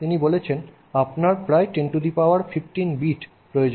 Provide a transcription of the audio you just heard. তিনি বলেছেন আপনার প্রায় 1015 বিট প্রয়োজন